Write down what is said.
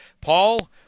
paul